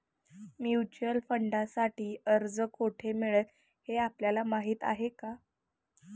Mutual फंडांसाठी अर्ज कोठे मिळेल हे आपल्याला माहीत आहे का?